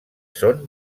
són